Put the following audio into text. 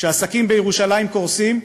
כשהעסקים בירושלים קורסים,